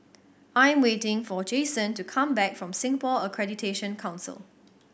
I'm waiting for Jasen to come back from Singapore Accreditation Council